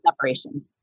separation